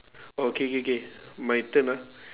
oh K K K my turn ah